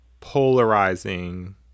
polarizing